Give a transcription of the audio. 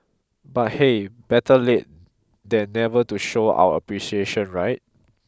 but hey better late than never to show our appreciation right